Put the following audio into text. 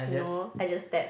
no I just tap